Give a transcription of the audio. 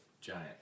giant